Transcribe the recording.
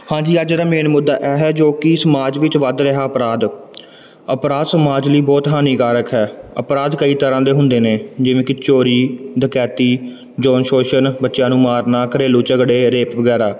ਹਾਂਜੀ ਅੱਜ ਦਾ ਮੇਨ ਮੁੱਦਾ ਇਹ ਹੈ ਜੋ ਕਿ ਸਮਾਜ ਵਿੱਚ ਵੱਧ ਰਿਹਾ ਅਪਰਾਧ ਅਪਰਾਧ ਸਮਾਜ ਲਈ ਬਹੁਤ ਹਾਨੀਕਾਰਕ ਹੈ ਅਪਰਾਧ ਕਈ ਤਰ੍ਹਾਂ ਦੇ ਹੁੰਦੇ ਨੇ ਜਿਵੇਂ ਕਿ ਚੋਰੀ ਡਕੈਤੀ ਯੋਨ ਸ਼ੋਸ਼ਣ ਬੱਚਿਆਂ ਨੂੰ ਮਾਰਨਾ ਘਰੇਲੂ ਝਗੜੇ ਰੇਪ ਵਗੈਰਾ